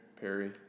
Perry